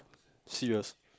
serious